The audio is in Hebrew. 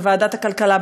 בוועדת הכלכלה,